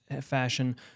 fashion